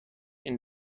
این